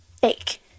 Fake